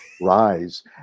rise